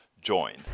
join